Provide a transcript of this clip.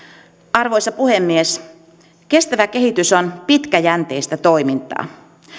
arvoisa puhemies kestävä kehitys on pitkäjänteistä toimintaa